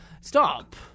stop